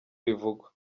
bivugwa